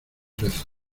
rezo